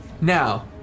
now